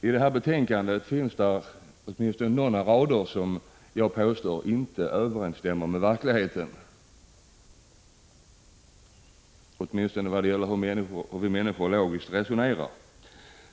I betänkandet finns några rader som inte överensstämmer med verkligheten, åtminstone inte vid ett logiskt resonemang.